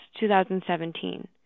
2017